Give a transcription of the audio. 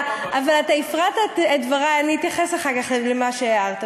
את לא ממש מאמינה בזה.